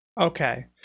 Okay